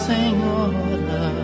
Senhora